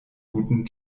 guten